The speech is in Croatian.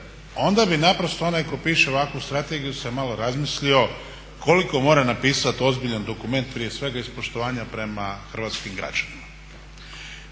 onda bi naprosto onaj tko piše ovakvu strategiju se malo razmislio koliko mora napisati ozbiljan dokument prije svega iz poštovanja prema hrvatskim građanima.